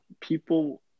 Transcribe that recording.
people